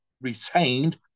retained